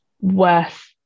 worth